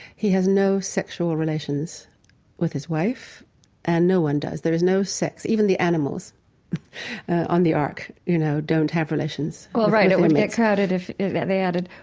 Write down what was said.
he has no sexual relations with his wife and no one does. there is no sex. even the animals on the ark, you know, don't have relations well, right. it would get crowded if they added.